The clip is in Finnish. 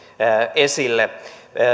esille